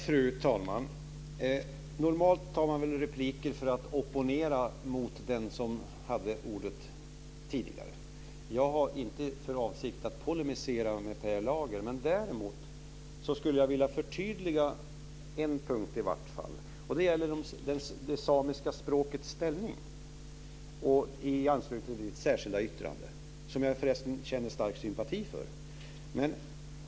Fru talman! Normalt tar man väl repliker för att opponera sig mot den som hade ordet senast. Jag har inte för avsikt att polemisera mot Per Lager. Däremot skulle jag vilja förtydliga på i alla fall en punkt. Det gäller det samiska språkets ställning i anslutning till det särskilda yttrandet, som jag förresten känner stark sympati för.